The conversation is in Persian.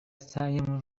سعیمون